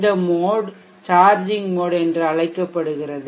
இந்த மோட் பயன்முறை charging mode என்று அழைக்கப்படுகிறது